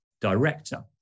director